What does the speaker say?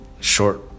short